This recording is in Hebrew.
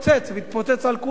ויתפוצץ על כולנו,